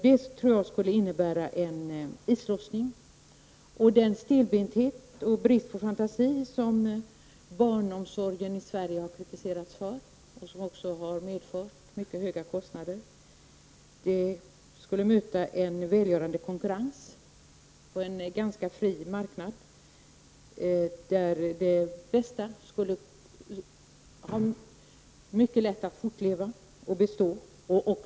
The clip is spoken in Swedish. Det skulle medföra en islossning. Den stelbenthet och brist på fantasi som barnomsorgen i Sverige har kritiserats för och som också har medfört mycket höga kostnader skulle få en välgörande konkurrens på en ganska fri marknad, där det bästa skulle ha mycket lätt att fortleva och utvecklas.